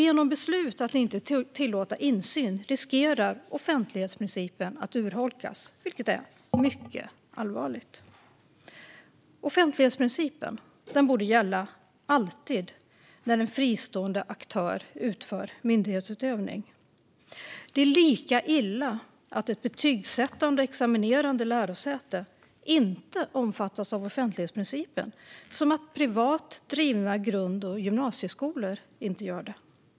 Genom beslut att inte tillåta insyn riskerar offentlighetsprincipen att urholkas, vilket är mycket allvarligt. Offentlighetsprincipen borde alltid gälla när en fristående aktör utför myndighetsutövning. Det är lika illa att ett betygsättande och examinerande lärosäte inte omfattas av offentlighetsprincipen som att privat drivna grund och gymnasieskolor inte gör det.